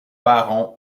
barons